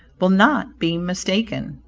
will not be mistaken.